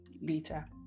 later